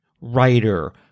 writer